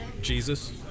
Jesus